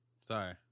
Sorry